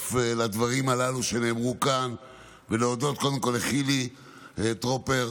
להצטרף לדברים הללו שנאמרו כאן ולהודות קודם כול לחילי טרופר,